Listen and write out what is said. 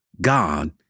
God